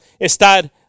estar